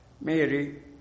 Mary